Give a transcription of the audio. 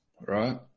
right